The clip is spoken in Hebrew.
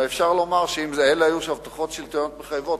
ואפשר לומר שאם אלה היו הבטחות שלטוניות מחייבות,